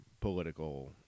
political